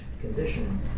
condition